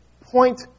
point